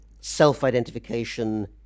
self-identification